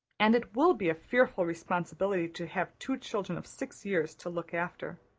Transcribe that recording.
and it will be a fearful responsibility to have two children of six years to look after.